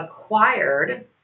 acquired